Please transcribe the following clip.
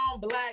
black